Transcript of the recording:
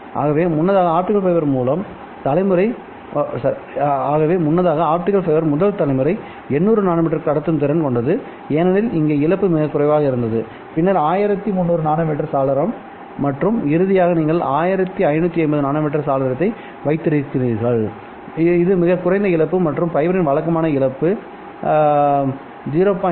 ஆகவே முன்னதாக optical fibre முதல் தலைமுறை 800 நானோமீட்டர் கடத்தும் திறன் கொண்டது ஏனெனில் இங்கே இழப்பு மிகக் குறைவாக இருந்தது பின்னர் 1300 நானோமீட்டர் சாளரம் மற்றும் இறுதியாக நீங்கள் 1550 நானோமீட்டரில் சாளரத்தை வைத்திருக்கிறீர்கள் இது மிகக் குறைந்த இழப்பு மற்றும் ஃபைபரில் வழக்கமான இழப்பு 0